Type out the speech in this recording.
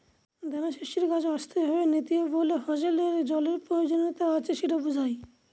দানাশস্যের গাছ অস্থায়ীভাবে নেতিয়ে পড়লে ফসলের জলের প্রয়োজনীয়তা আছে সেটা বোঝায়